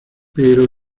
pero